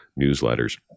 newsletters